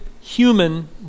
human